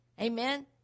Amen